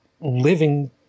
living